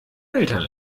eltern